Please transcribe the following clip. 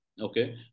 okay